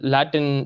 Latin